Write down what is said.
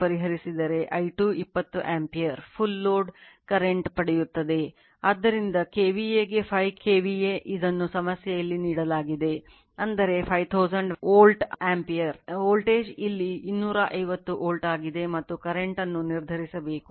ಆದ್ದರಿಂದ KVA ಗೆ 5 KVA ಇದನ್ನು ಸಮಸ್ಯೆಯಲ್ಲಿ ನೀಡಲಾಗುತ್ತದೆ ಅಂದರೆ 5000 ವೋಲ್ಟ್ ಆಂಪಿಯರ್ ವೋಲ್ಟೇಜ್ ಇಲ್ಲಿ 250 ವೋಲ್ಟ್ ಆಗಿದೆ ಮತ್ತು ಕರೆಂಟ್ ಅನ್ನು ನಿರ್ಧರಿಸಬೇಕು